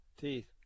Teeth